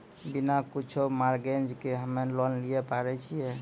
बिना कुछो मॉर्गेज के हम्मय लोन लिये पारे छियै?